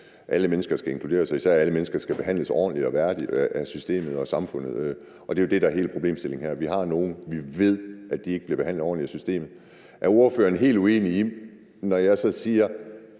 alle mennesker skal inkluderes, og især at alle mennesker skal behandles ordentligt og værdigt af systemet og samfundet. Det er jo det, der er hele problemstillingen her. Vi har nogle, vi ved ikke bliver behandlet ordentligt af systemet. Er ordføreren helt uenig i det, når jeg så siger,